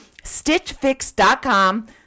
stitchfix.com